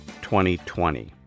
2020